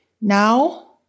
Now